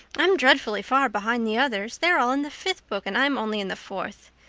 i'm dreadfully far behind the others. they're all in the fifth book and i'm only in the fourth.